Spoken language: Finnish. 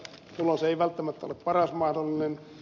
tulos ei välttämättä ole paras mahdollinen